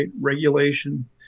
regulation